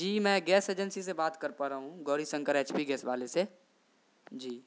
جی میں gas agency سے بات کر پا رہا ہوں Gauri Shankar H P gas والے سے جی